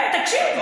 כן, תקשיב.